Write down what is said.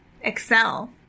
excel